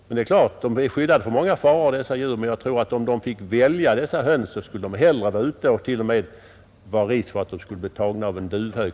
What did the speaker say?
Det är klart att dessa djur är skyddade från många faror, men jag tror att de, om de fick välja, hellre skulle vara ute, t.o.m. med risk för att bli tagna av en duvhök.